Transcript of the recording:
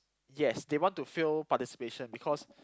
yes they want to fill participation because